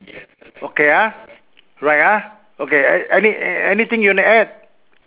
okay ah right ah okay any anything you want to add